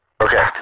Okay